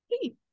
hey